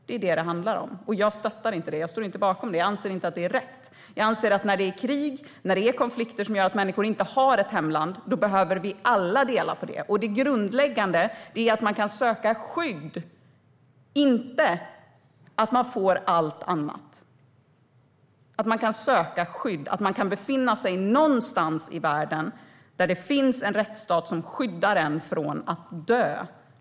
Det är vad det handlar om, och jag stöttar inte det. Jag står inte bakom det, och jag anser inte att det är rätt. Jag anser att när det är krig och konflikter som gör att människor inte har ett hemland behöver vi alla dela på det. Det grundläggande är att man kan söka skydd, och inte att man får allt annat. Det viktiga är att man kan söka skydd, och att man kan befinna sig någonstans i världen där det finns en rättsstat som skyddar en från att dö.